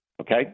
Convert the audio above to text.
Okay